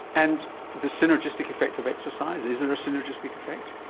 and the synergistic effect of exercise? is there a synergistic effect?